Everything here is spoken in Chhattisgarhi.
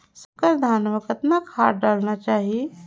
संकर धान मे कतना खाद डालना चाही?